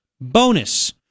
Bonus